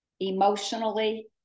emotionally